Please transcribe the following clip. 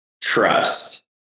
trust